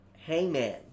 Hangman